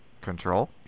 Control